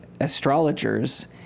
astrologers